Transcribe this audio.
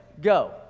go